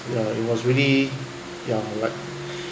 ya it was really ya you're right